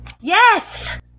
Yes